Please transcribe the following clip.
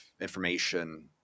information